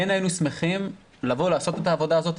כן היינו שמחים לעשות את העבודה הזאת,